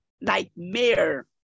nightmare